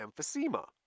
emphysema